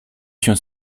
się